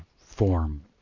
form